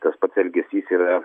tas pats elgesys yra